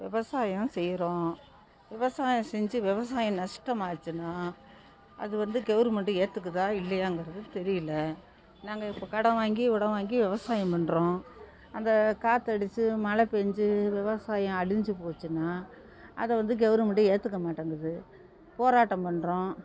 விவசாயம் செய்கிறோம் விவசாயம் செஞ்சி விவசாயம் நஷ்டமாச்சின்னா அது வந்து கவுருமண்ட்டு ஏற்றுக்குதா இல்லையாங்கிறது தெரியல நாங்கல் இப்போ கடன் வாங்கி உடன் வாங்கி விவசாயம் பண்ணுறோம் அந்த காற்றடிச்சி மழை பெஞ்சி விவசாயம் அழிஞ்சி போச்சின்னா அதை வந்து கவுருமண்ட்டு ஏற்றுக்க மாட்டங்கிது போராட்டம் பண்ணுறோம்